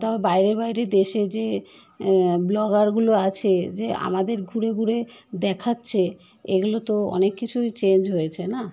তারপর বাইরে বাইরে দেশে যে ব্লগারগুলো আছে যে আমাদের ঘুরে ঘুরে দেখাচ্ছে এগুলো তো অনেক কিছুই চেঞ্জ হয়েছে না